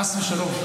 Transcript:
חס ושלום.